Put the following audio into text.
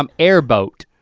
um air boat,